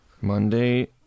Monday